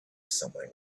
somewhere